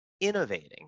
innovating